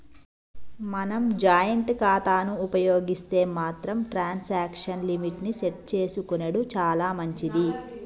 మనం జాయింట్ ఖాతాను ఉపయోగిస్తే మాత్రం ట్రాన్సాక్షన్ లిమిట్ ని సెట్ చేసుకునెడు చాలా మంచిది